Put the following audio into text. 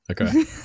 Okay